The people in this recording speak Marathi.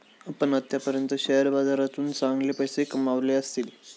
आपण आत्तापर्यंत शेअर बाजारातून चांगले पैसे कमावले असतील